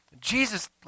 Jesus